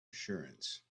assurance